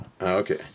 Okay